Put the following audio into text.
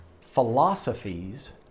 philosophies